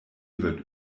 wird